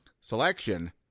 selection